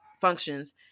functions